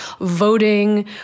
voting